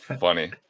funny